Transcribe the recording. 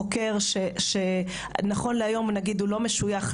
חוקר או חוקרת שנכון להיום לא משויכים